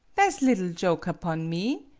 s liddle joke upon me.